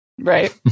Right